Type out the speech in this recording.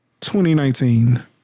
2019